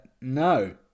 No